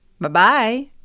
Bye-bye